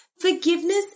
Forgiveness